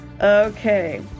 Okay